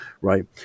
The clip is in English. right